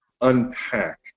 unpack